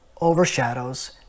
overshadows